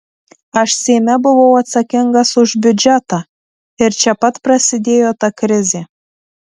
aš seime buvau atsakingas už biudžetą ir čia pat prasidėjo ta krizė